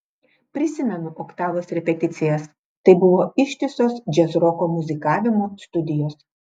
prisimenu oktavos repeticijas tai buvo ištisos džiazroko muzikavimo studijos